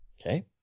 Okay